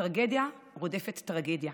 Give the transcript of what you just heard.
טרגדיה רודפת טרגדיה.